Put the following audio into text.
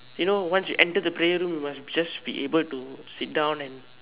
you know once you enter the prayer room you must just be able to sit down and